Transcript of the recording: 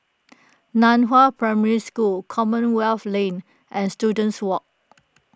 Nan Hua Primary School Commonwealth Lane and Students Walk